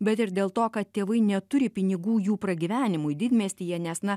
bet ir dėl to kad tėvai neturi pinigų jų pragyvenimui didmiestyje nes na